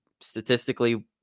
statistically